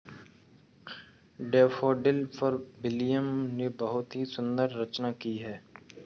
daffodil पर William ने बहुत ही सुंदर रचना की है